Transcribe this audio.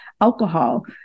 alcohol